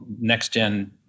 next-gen